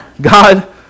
God